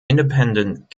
independent